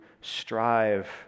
strive